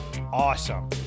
awesome